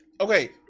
okay